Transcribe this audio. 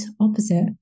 opposite